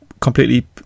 completely